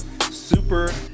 super